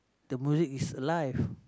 the music is alive